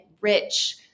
rich